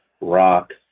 rock